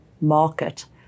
market